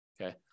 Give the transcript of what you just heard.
Okay